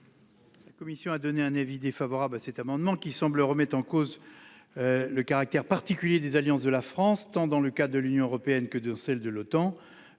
La commission a donné un avis défavorable sur cet amendement, dont les auteurs semblent remettre en cause le caractère particulier des alliances de la France, tant dans le cadre de l'Union européenne que de celui de l'Otan.